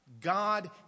God